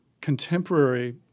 contemporary